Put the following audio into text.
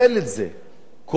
הכוחות הימניים בממשלה,